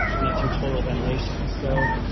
and that's your total ventilation. so,